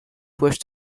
wished